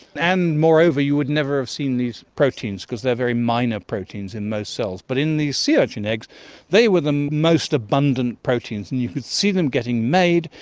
and moreover you would never have seen these proteins because they are very minor proteins in most cells, but in these sea urchin eggs they were the most abundant proteins and you could see them getting made.